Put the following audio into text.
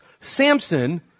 Samson